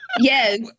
yes